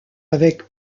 avec